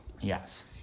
yes